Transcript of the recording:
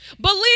Believe